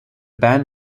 band